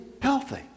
healthy